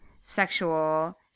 sexual